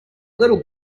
little